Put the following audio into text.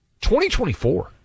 2024